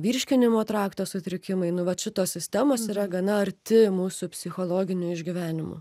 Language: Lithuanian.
virškinimo trakto sutrikimai nu vat šitos sistemos yra gana arti mūsų psichologinių išgyvenimų